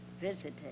visited